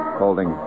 holding